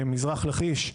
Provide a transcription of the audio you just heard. מזרח לכיש,